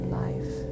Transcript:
life